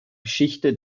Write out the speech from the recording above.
geschichte